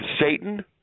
Satan